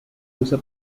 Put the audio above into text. usa